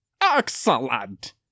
Excellent